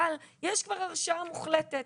אבל יש כבר הרשעה מוחלטת,